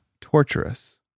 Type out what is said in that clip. torturous